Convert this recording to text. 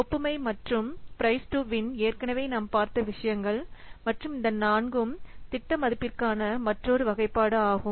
ஒப்புமை மற்றும் price to win ஏற்கனவே நாம் பார்த்த விஷயங்கள் மற்றும் இந்த நான்கும் திட்ட மதிப்பீட்டிற்கான மற்றொரு வகைப்பாடு ஆகும்